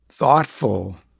thoughtful